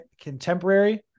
contemporary